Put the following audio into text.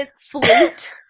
flute